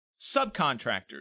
subcontractors